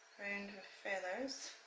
round with feathers.